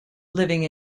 living